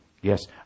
Yes